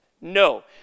No